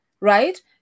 right